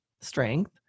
strength